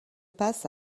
passe